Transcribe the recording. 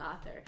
author